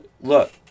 Look